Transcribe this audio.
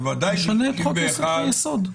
ובוודאי ברוב של 61,